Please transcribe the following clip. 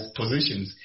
positions